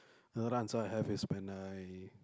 the other answer I have is when I